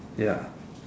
ya